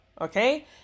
okay